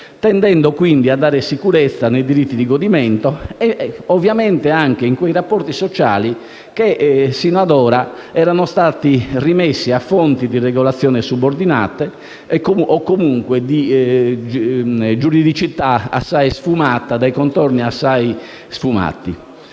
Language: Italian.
tendendo quindi a dare sicurezza nei diritti di godimento ovviamente anche in quei rapporti sociali che sino ad ora erano stati rimessi a fonti di regolazione subordinate o comunque di giuridicità assai sfumata, dai contorni assai sfumati.